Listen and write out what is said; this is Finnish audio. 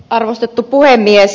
arvostettu puhemies